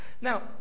Now